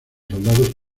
soldados